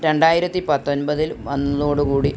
രണ്ടായിരത്തി പത്തൊൻപതിൽ വന്നതോടു കൂടി